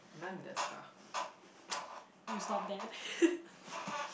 nandesuka